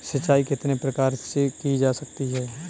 सिंचाई कितने प्रकार से की जा सकती है?